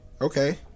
Okay